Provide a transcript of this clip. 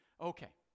Okay